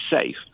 safe